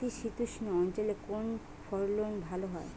নাতিশীতোষ্ণ অঞ্চলে কোন ফসল ভালো হয়?